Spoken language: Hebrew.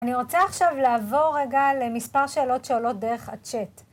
אני רוצה עכשיו לעבור רגע למספר שאלות שעולות דרך הצ'אט.